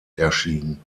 erschien